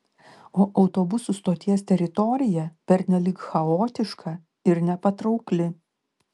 o autobusų stoties teritorija pernelyg chaotiška ir nepatraukli